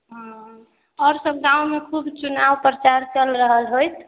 हॅं आब तऽ गाँवमे खूब चुनाव प्रचार चल रहल होइत